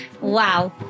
Wow